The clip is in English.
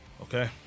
Okay